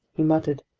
he muttered,